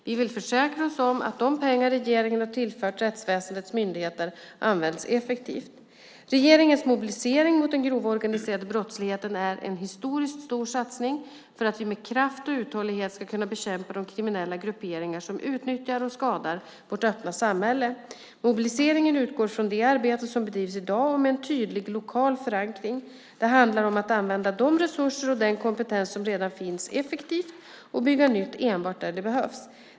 Vi vill försäkra oss om att de pengar regeringen har tillfört rättsväsendets myndigheter används effektivt. Regeringens mobilisering mot den grova organiserade brottsligheten är en historiskt stor satsning för att vi med kraft och uthållighet ska kunna bekämpa de kriminella grupperingar som utnyttjar och skadar vårt öppna samhälle. Mobiliseringen utgår från det arbete som bedrivs i dag och med en tydlig lokal förankring. Det handlar om att använda de resurser och den kompetens som redan finns effektivt och bygga nytt enbart där det behövs.